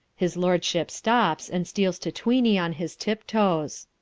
his lordship stops, and steals to tweeny on his tiptoes.